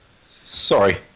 Sorry